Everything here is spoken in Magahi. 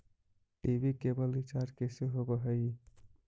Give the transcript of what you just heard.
टी.वी केवल रिचार्ज कैसे होब हइ?